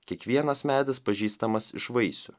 kiekvienas medis pažįstamas iš vaisių